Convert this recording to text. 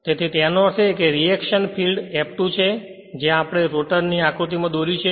તેથી તેનો અર્થ એ કે રીએશન ફિલ્ડ F2 છે જે આપણે રોટર ની આકૃતિમાં દોર્યું છે